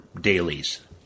dailies